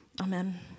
Amen